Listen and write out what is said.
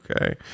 okay